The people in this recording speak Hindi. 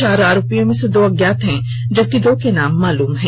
चार आरोपियों में दो अज्ञात हैं जबकि दो के नाम मालूम है